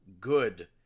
good